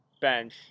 bench